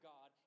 God